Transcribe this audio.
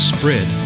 Spread